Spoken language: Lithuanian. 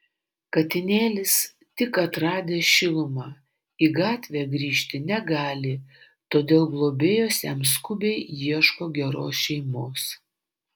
katinėlis tik atradęs šilumą į gatvę grįžti negali todėl globėjos jam skubiai ieško geros šeimos